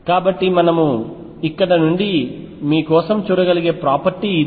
కాబట్టి మనము ఇక్కడ నుండి మీ కోసం చూడగలిగే ప్రాపర్టీ ఇది